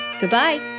Goodbye